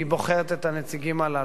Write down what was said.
והיא בוחרת את הנציגים הללו.